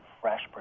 fresh